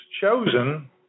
chosen